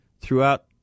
throughout